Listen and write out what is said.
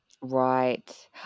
Right